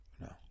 No